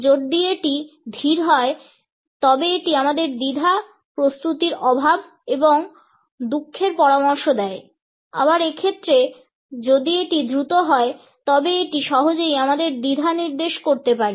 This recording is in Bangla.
যদি এটি ধীরে হয় তবে এটি আমাদের দ্বিধা প্রস্তুতির অভাব এবং দুঃখের পরামর্শ দেয় আবার এক্ষেত্রে যদি এটি দ্রুত হয় তবে এটি সহজেই আমাদের দ্বিধা নির্দেশ করতে পারে